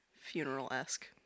funeral-esque